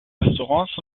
restaurants